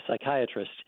psychiatrist